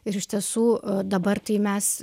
ir iš tiesų dabar tai mes